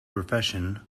profession